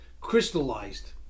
crystallized